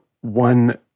one